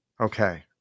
Okay